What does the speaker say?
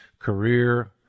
Career